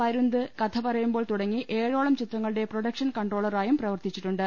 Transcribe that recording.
പരു ന്ത് കഥപറയുമ്പോൾ തുടങ്ങി ഏഴോളം ചിത്രങ്ങളുടെ പ്രൊഡക്ഷൻ കൺട്രോളറായും പ്രവർത്തിച്ചിട്ടുണ്ട്